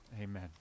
Amen